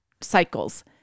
cycles